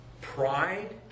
pride